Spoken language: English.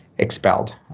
expelled